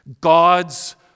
God's